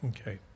Okay